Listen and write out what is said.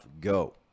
go